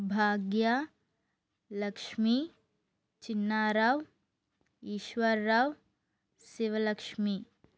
Bhagya Lakshmi Chinnarao Eshwarrao Sivalakshmi